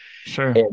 Sure